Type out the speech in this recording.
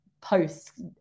posts